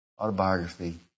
autobiography